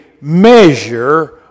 measure